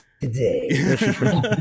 today